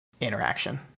interaction